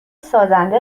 سازنده